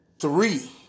three